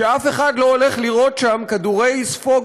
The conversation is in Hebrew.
שאף אחד לא הולך לירות שם כדורי ספוג